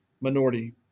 minority